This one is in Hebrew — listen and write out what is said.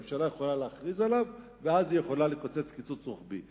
ממשלה יכולה להכריז עליו ואז היא יכולה לקצץ קיצוץ רוחבי.